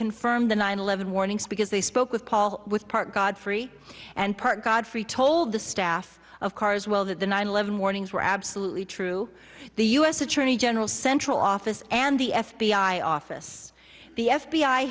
confirm the nine eleven warnings because they spoke with paul with part godfrey and part godfrey told the staff of cars well that the nine eleven warnings were absolutely true the u s attorney general central office and the f b i office the f